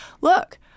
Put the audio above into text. Look